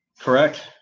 correct